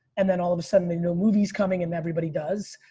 and then all of a sudden they know movie is coming and everybody does.